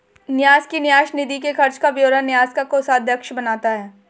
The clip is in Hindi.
न्यास की न्यास निधि के खर्च का ब्यौरा न्यास का कोषाध्यक्ष बनाता है